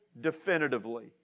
definitively